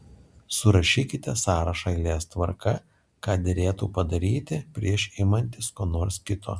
surašykite sąrašą eilės tvarka ką derėtų padaryti prieš imantis ko nors kito